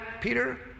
Peter